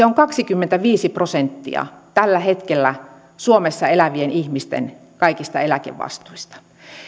on kaksikymmentäviisi prosenttia tällä hetkellä suomessa elävien ihmisten kaikista eläkevastuista